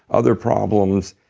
other problems.